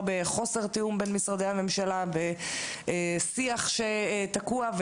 בחוסר תיאום בין משרדי הממשלה ושיח שתקוע,